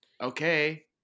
okay